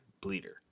bleeder